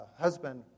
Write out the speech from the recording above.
husband